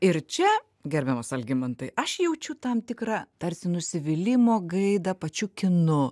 ir čia gerbiamas algimantai aš jaučiu tam tikrą tarsi nusivylimo gaidą pačiu kinu